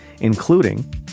including